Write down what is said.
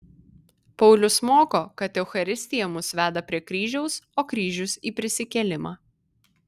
paulius moko kad eucharistija mus veda prie kryžiaus o kryžius į prisikėlimą